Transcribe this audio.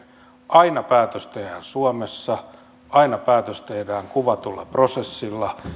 aina päätös tehdään suomessa aina päätös tehdään kuvatulla prosessilla